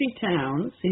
towns